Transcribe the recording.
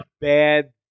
Bad